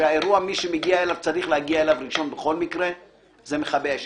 שמי שצריך להגיע אל האירוע ראשון בכל מקרה זה מכבי אש.